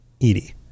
Edie